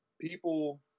people